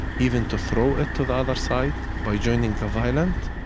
even to throw it to the other side by joining the violent,